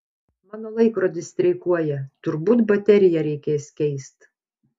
mano laikrodis streikuoja turbūt bateriją reikės keist